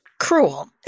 cruel